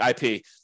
IP